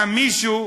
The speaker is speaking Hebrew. והמישהו,